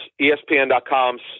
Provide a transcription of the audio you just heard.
ESPN.com's